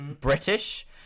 British